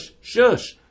shush